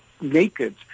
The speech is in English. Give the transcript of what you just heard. naked